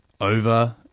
over